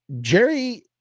Jerry